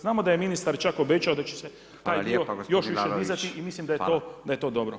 Znamo da je ministar čak obećao da će se taj dio još više dizati i mislim da je to dobro.